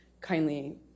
kindly